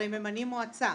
הרי ממנים מועצה.